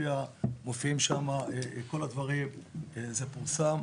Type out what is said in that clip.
מופיעים שם כל הדברים וזה פורסם.